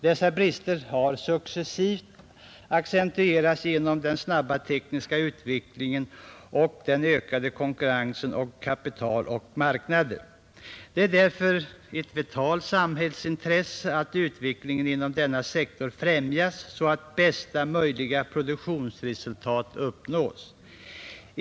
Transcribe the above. Dessa brister har successivt accentuerats genom den snabba tekniska utvecklingen och den ökande konkurrensen om kapital och marknader. Det är alltså ett vitalt samhällsintresse att utvecklingen inom denna sektor främjas så att bästa möjliga produktionsresultat uppnås.